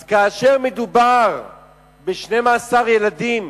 אז כאשר מדובר ב-12 ילדים